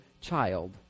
child